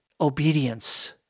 obedience